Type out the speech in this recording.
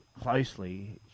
closely